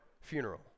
funeral